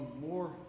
more